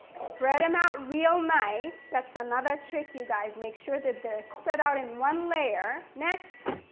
spread em out real nice. that's another trick, you guys. make sure that they're spread out in one layer. next,